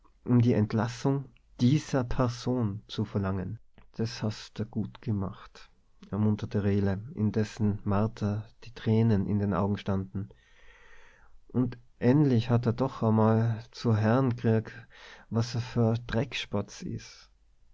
um die entlassung dieser person zu verlangen des hast de gut gemacht ermunterte rehle indessen martha die tränen in den augen standen endlich hat er's doch emol zu heern krieht was er for e dreckspatz is